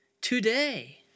Today